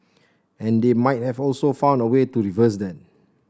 and they might have also found a way to reverse that